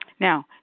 Now